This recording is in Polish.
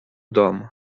dom